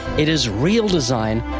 it is real design,